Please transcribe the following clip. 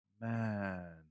Man